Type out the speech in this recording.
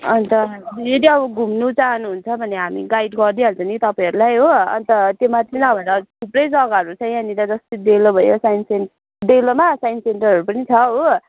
अन्त यदि अब घुम्नु चाहनु हुन्छ भने हामी गाइड गरिदिइ हाल्छ नि तपाईँहरूलाई हो अन्त त्यहाँ माथि नभएर थुप्रै जगाहरू छ यहाँनेर जस्तै डेलो भयो साइन्स सेन्टर डेलोमा साइन्ससेन्टरहरू पनि छ हो